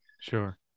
Sure